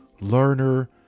learner